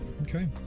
Okay